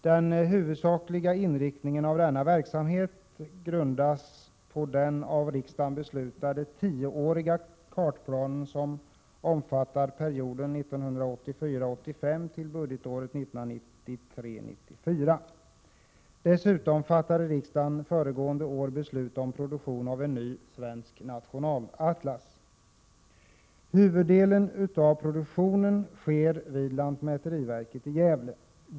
Den huvudsakliga inriktningen av denna verksamhet grundas på den av riksdagen beslutade tioåriga kartplan som omfattar perioden 1984 94. Dessutom fattade riksdagen förra året beslut om produktion av en ny svensk nationalatlas. Huvuddelen av produktionen sker vid lantmäteriverket i Gävle.